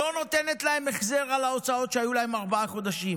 והיא לא נותנת להם החזר על ההוצאות שהיו להם ארבעה חודשים,